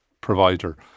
provider